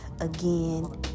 Again